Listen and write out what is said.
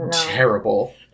Terrible